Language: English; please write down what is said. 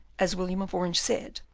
as william of orange said,